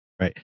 Right